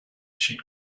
cheat